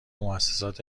موسسات